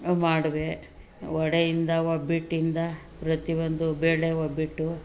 ಮಾಡಿದೆ ವಡೆಯಿಂದ ಒಬ್ಬಟ್ಟಿಂದ ಪ್ರತಿಯೊಂದು ಬೇಳೆ ಒಬ್ಬಟ್ಟು